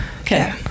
Okay